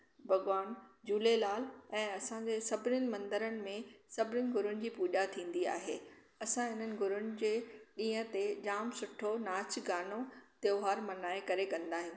भॻवानु झूलेलाल ऐं असांजे सभिनीनि मंदरनि में सभिनीनि गुरुनि जी पूॼा थींदी आहे असां हिननि गुरूनि जे ॾींहं ते जाम सुठो नाच गानो त्योहार मल्हाए करे कंदा आहियूं